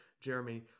Jeremy